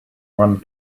one